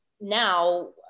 now